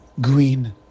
Green